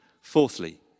Fourthly